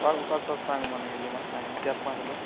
call କର ତୋ ସାଙ୍ଗ ମାନକେ ଜିମା ସାଙ୍ଗେ ଚାର ପାଞ୍ଚ ଲୋକ